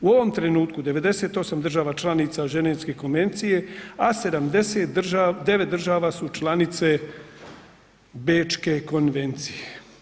U ovom trenutku 98 država članica Ženevske konvencije a 79 država su članice Bečke konvencije.